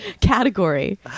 category